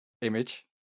image